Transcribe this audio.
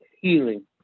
healing